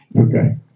Okay